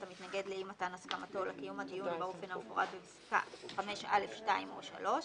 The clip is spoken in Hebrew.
המתנגד לאי מתן הסכמתו לקיום הדיון באופן המפורט בפסקה 5(א)(2) או (3),